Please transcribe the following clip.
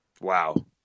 Wow